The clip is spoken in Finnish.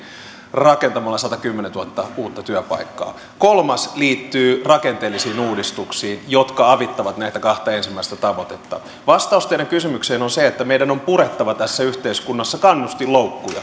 rakentamalla satakymmentätuhatta uutta työpaikkaa kolmas liittyy rakenteellisiin uudistuksiin jotka avittavat näitä kahta ensimmäistä tavoitettamme vastaus teidän kysymykseenne on se että meidän on purettava tässä yhteiskunnassa kannustinloukkuja